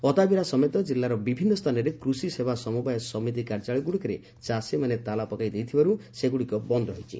ଅତାବିରା ସମେତ ଜିଲ୍ଲର ବିଭିନ୍ନ ସ୍ଥାନରେ କୃଷି ସେବା ସମବାୟ ସମିତି କାର୍ଯ୍ୟାଳୟ ଗୁଡ଼ିକରେ ଚାଷୀମାନେ ତାଲା ପକାଇ ଦେଇଥିବାରୁ ସେଗୁଡ଼ିକ ବନ୍ଦ ରହିଛି